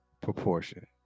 proportion